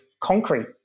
concrete